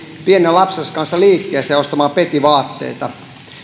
pienen lapsensa kanssa liikkeeseen ostamaan petivaatteita